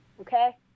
okay